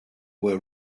were